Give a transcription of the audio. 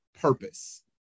purpose